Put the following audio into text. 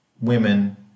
women